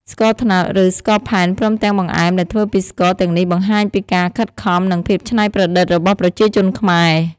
ស្ករត្នោត ឬ ស្ករផែនព្រមទាំងបង្អែមដែលធ្វើពីស្ករទាំងនេះបង្ហាញពីការខិតខំ និងភាពច្នៃប្រឌិតរបស់ប្រជាជនខ្មែរ។